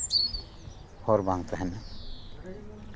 ᱦᱚᱨ ᱵᱟᱝ ᱛᱟᱦᱮᱸᱱᱟ